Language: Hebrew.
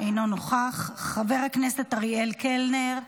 אינו נוכח, חבר הכנסת אריאל קלנר,